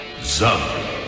Zombie